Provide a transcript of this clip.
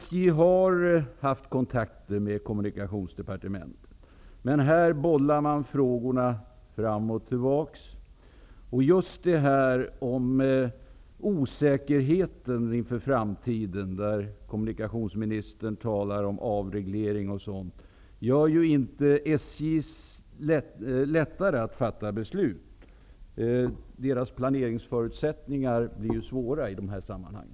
SJ har haft kontakter med kommunikationsdepartementet, men där bollar man frågorna fram och tillbaks. Osäkerheten inför framtiden -- kommunikationsministern talar om avreglering och sådant -- gör det ju inte lättare för SJ att fatta beslut. Verkets planeringsförutsättningar försvåras ju härigenom i dessa sammanhang.